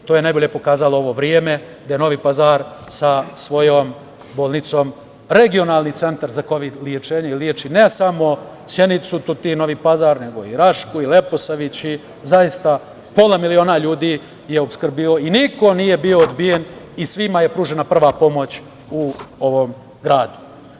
To je najbolje pokazalo ovo vreme, gde je Novi Pazar sa svojom bolnicom regionalni centar za kovid lečenje i leči ne samo Sjenicu, Tutin, Novi Pazar, nego i Rašku, Leposavić i zaista pola miliona ljudi je opskrbio i niko nije bio odbijen i svima je pružena prva pomoć u ovom gradu.